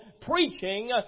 preaching